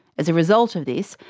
as a result of this,